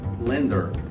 lender